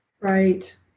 Right